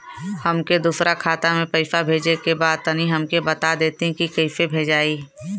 हमके दूसरा खाता में पैसा भेजे के बा तनि हमके बता देती की कइसे भेजाई?